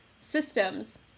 systems